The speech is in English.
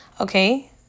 okay